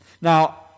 Now